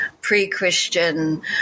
pre-Christian